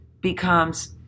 becomes